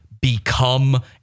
become